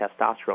testosterone